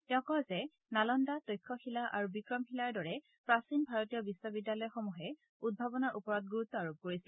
তেওঁ কয় যে নালান্দা তক্ষশীলা আৰু বিক্ৰমশীলাৰ দৰে প্ৰাচীন ভাৰতীয় বিশ্ববিদ্যালয়সমূহে উদ্ভাৱনৰ ওপৰত গুৰুত্ব আৰোপ কৰিছিল